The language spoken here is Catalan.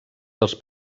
dels